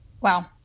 Wow